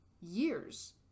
years